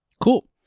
Cool